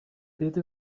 بده